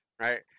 right